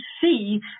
see